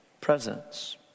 presence